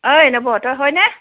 ঐ নৱ তই হয়নে